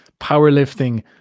powerlifting